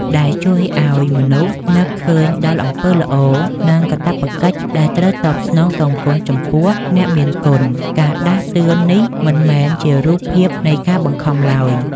ដែលជួយឱ្យមនុស្សនឹកឃើញដល់អំពើល្អ និងកាតព្វកិច្ចដែលត្រូវតបស្នងសងគុណចំពោះអ្នកមានគុណ។ ការដាស់តឿននេះមិនមែនជារូបភាពនៃការបង្ខំឡើយ